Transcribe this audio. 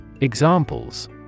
Examples